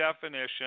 definition